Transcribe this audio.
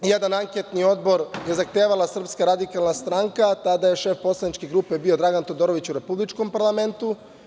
Jedan anketni odbor je zahtevala SRS, a tada je šef poslaničke grupe bio Dragan Todorović u Republičkom parlamentu.